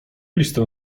listę